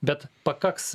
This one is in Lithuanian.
bet pakaks